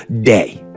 day